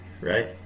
right